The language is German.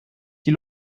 die